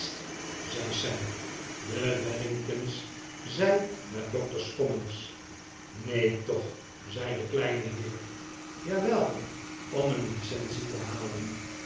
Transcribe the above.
zei sam de wellingtons zijn naar doctor's commons neen toch zei de kleine heer jawel om een licence te halen